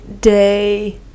day